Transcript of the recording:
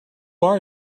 are